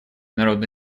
народно